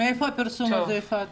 מאיפה הפרסום הזה, יפעת?